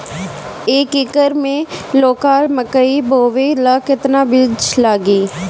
एक एकर मे लौका मकई बोवे ला कितना बिज लागी?